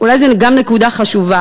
אולי זו גם נקודה חשובה,